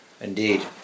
Indeed